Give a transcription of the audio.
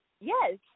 Yes